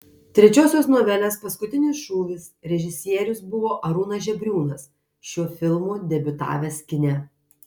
trečiosios novelės paskutinis šūvis režisierius buvo arūnas žebriūnas šiuo filmu debiutavęs kine